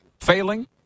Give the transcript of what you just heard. failing